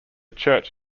church